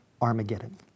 Armageddon